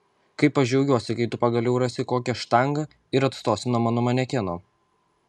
kaip aš džiaugsiuosi kai tu pagaliau rasi kokią štangą ir atstosi nuo mano manekeno